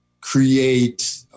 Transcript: create